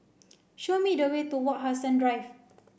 show me the way to Wak Hassan Drive